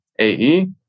AE